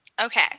Okay